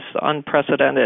unprecedented